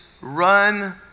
run